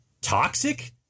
toxic